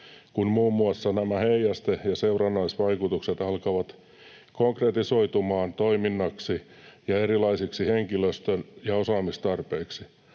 kun muun muassa nämä heijaste- ja seurannaisvaikutukset alkavat konkretisoitumaan toiminnaksi ja erilaisiksi henkilöstö- ja osaamistarpeiksi.